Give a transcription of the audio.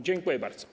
Dziękuję bardzo.